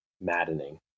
maddening